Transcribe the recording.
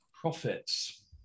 profits